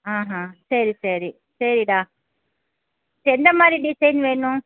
ஆ ஹா சரி சரி சரிடா எந்த மாதிரி டிசைன் வேணும்